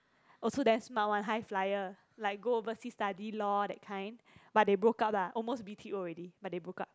also damn smart one high flyer like go overseas study law that kind but they broke up lah almost b_t_o already but they broke up